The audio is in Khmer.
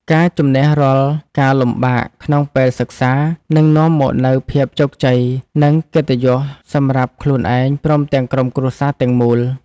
ការជម្នះរាល់ការលំបាកក្នុងពេលសិក្សានឹងនាំមកនូវភាពជោគជ័យ និង កិត្តិយសសម្រាប់ខ្លួនឯងព្រមទាំងក្រុមគ្រួសារទាំងមូល។